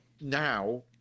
now